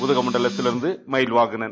உதக மண்டலத்திலிருந்து மயில்வாகணன்